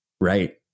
right